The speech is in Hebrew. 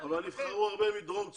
נבחרו הרבה מדרום צרפת.